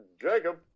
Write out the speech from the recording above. Jacob